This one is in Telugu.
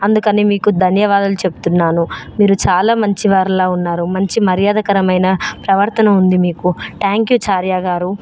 అందుకని మీకు ధన్యవాదాలు చెబుతున్నాను మీరు చాలా మంచివారులా ఉన్నారు మంచి మర్యాదకరమైన ప్రవర్తన ఉంది మీకు థ్యాంక్ యు చార్య గారు